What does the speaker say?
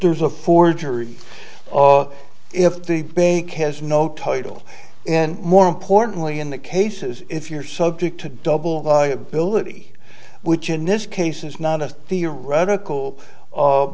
there's a forgery or if the bank has no title and more importantly in the cases if you're subject to double by ability which in this case is not a theoretical